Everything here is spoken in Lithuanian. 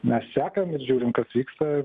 mes sekam ir žiūrim kas vyksta